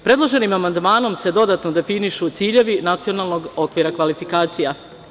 Predloženim amandmanom se dodatno definišu ciljevi Nacionalnog okvira kvalifikacija.